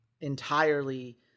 entirely